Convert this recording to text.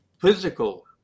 physical